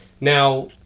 Now